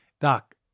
Doc